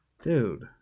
dude